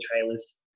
trailers